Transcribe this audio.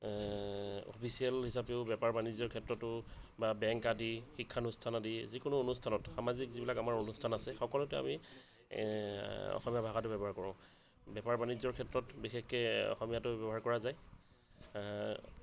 official হিচাপেও বেপাৰ বাণিজ্যৰ ক্ষেত্ৰতো বা বেংক আদি শিক্ষানুষ্ঠান আদি যিকোনো অনুষ্ঠানত সামাজিক যিবিলাক আমাৰ অনুষ্ঠান আছে সকলোতে আমি অসমীয়া ভাষাটো ব্যৱহাৰ কৰোঁ বেপাৰ বাণিজ্যৰ ক্ষেত্ৰত বিশেষকে অসমীয়াটো ব্যৱহাৰ কৰা যায়